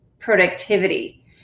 productivity